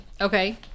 Okay